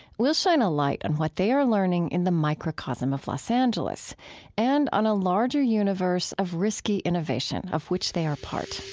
we'll shine a light on what they are learning in the microcosm of los angeles and, on a larger universe of risky innovation, of which they are part